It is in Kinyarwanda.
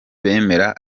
bemera